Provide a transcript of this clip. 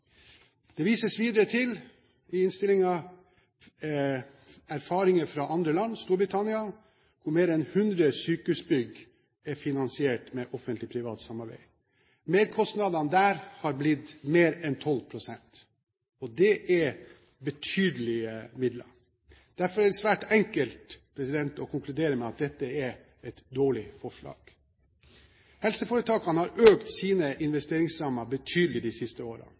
Det vises videre i innstillingen til erfaringer fra andre land, Storbritannia, hvor mer enn 100 sykehusbygg er finansiert med Offentlig Privat Samarbeid. Merkostnadene der har blitt mer enn 12 pst., og det er betydelige midler. Derfor er det svært enkelt å konkludere med at dette er et dårlig forslag. Helseforetakene har økt sine investeringsrammer betydelig de siste